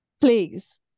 please